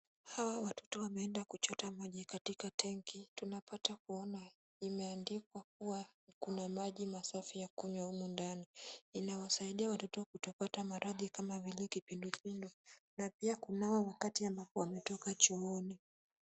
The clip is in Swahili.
Hawa watoto wameenda kuchota maji katika tenki . Tunapata kuona imeandikwa kuwa kuna maji masafi ya kunywa humu ndani. Inawasaidia watoto kutopata maradhi kama vile kipindupindu na pia kunawa wakati ambapo wametoka chooni.